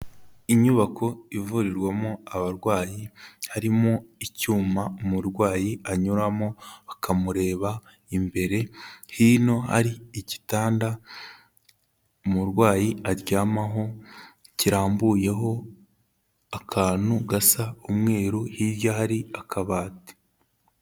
Inyubako ivurirwamo abarwayi harimo icyuma umurwayi anyuramo bakamureba imbere, hino hari igitanda umurwayi aryamaho kirambuyeho akantu gasa umweru hirya hari akabati.